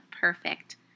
perfect